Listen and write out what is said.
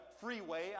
freeway